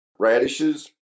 Radishes